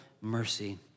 mercy